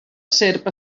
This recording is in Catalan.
serp